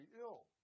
ill